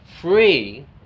free